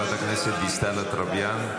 חברת הכנסת דיסטל אטבריאן,